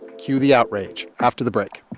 cue the outrage after the break